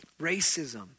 Racism